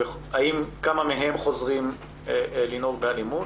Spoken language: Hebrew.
כמה מהם חוזרים לנהוג באלימות?